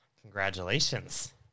Congratulations